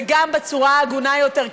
וגם בצורה הגונה יותר.